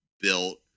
built